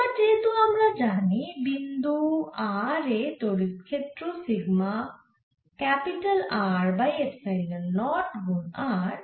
এবার যেহেতু আমরা জানি বিন্দু r এ তড়িৎ ক্ষেত্র sigma capital R by epsilon nought গুন r